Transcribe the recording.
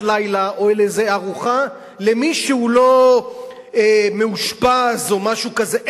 לילה או לאיזו ארוחה למי שהוא לא מאושפז או משהו כזה.